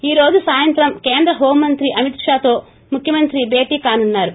ఈరోజు సాయంత్రం కేంద్ర హోం మంత్రి అమిత్ షాతో ముఖ్యమంత్రి భేటీ కానున్నారు